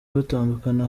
batandukana